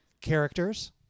Characters